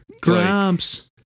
grumps